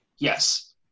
Yes